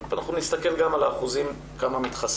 היום אנחנו נסתכל גם על האחוזים, כמה מתחסנות